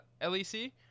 LEC